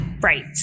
Right